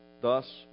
Thus